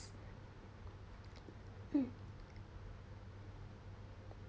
mm